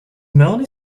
melanie